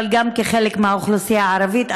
אבל גם כחלק מהאוכלוסייה הערבית,